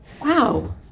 Wow